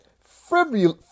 frivolous